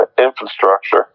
infrastructure